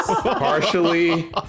partially